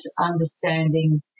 understanding